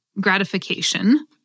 gratification